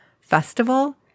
festival